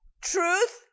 truth